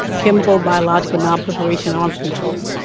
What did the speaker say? chemical, biological, nonproliferation arms control.